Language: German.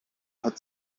hat